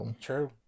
True